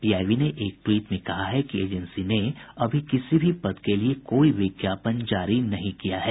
PIB ने एक tweet में कहा है कि एजेंसी ने अभी किसी भी पद के लिये कोई विज्ञापन जारी नहीं किया है